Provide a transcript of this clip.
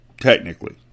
Technically